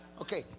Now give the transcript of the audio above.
Okay